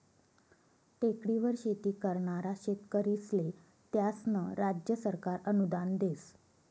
टेकडीवर शेती करनारा शेतकरीस्ले त्यास्नं राज्य सरकार अनुदान देस